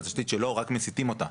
שלא מסיטים אותה.